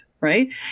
right